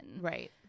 right